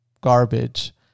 garbage